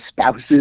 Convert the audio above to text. spouses